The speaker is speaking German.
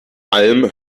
alm